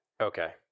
okay